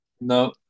no